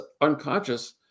unconscious